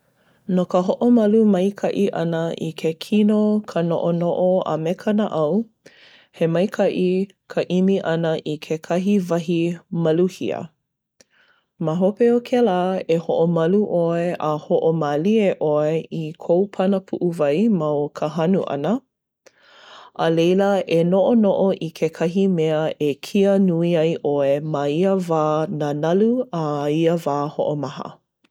No ka hoʻomalu maikaʻi ʻana i ke kino, ka noʻonoʻo, a me ka naʻau, he maikaʻi ka ʻimi ʻana i kekahi wahi maluhia. Ma hope o kēlā, e hoʻomalu ʻoe a hoʻomālie ʻoe i kou pana puʻuwai ma o ka hanu ʻana. A leila e noʻonoʻo i kekahi mea e kia nui ai ʻoe ma ia wā nanalu a ia wā hoʻomaha.